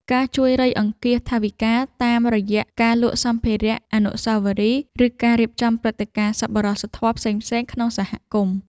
ការជួយរៃអង្គាសថវិកា តាមរយៈការលក់សម្ភារៈអនុស្សាវរីយ៍ ឬការរៀបចំព្រឹត្តិការណ៍សប្បុរសធម៌ផ្សេងៗក្នុងសហគមន៍។